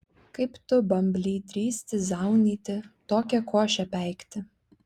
kaip tu bambly drįsti zaunyti tokią košę peikti